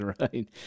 right